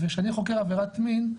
וכשאני חוקר עבירת מין,